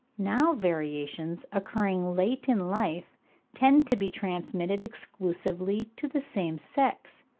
now variations occurring late in life tend to be transmitted exclusively to the same sex,